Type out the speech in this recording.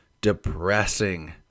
depressing